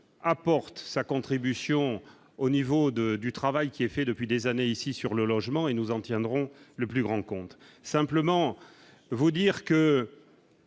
apporte sa contribution au niveau de du travail qui est fait depuis des années, ici sur le logement, et nous en tiendrons le plus grand compte simplement vous dire que.